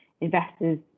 investors